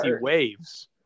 waves